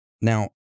Now